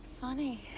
Funny